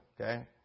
okay